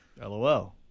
LOL